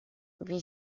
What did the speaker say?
wie